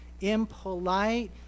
impolite